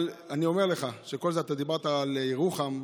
אבל אני אומר לך שקודם דיברת על ירוחם.